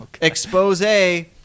expose